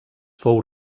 fou